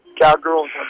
Cowgirls